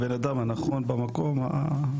בבקשה.